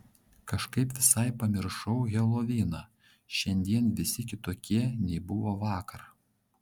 kažkaip visai pamiršau heloviną šiandien visi kitokie nei buvo vakar